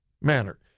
manner